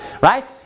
right